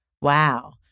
Wow